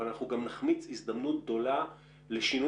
אבל אנחנו גם נחמיץ הזדמנות גדולה לשינוי